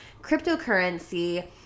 cryptocurrency